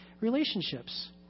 relationships